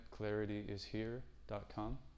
clarityishere.com